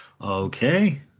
Okay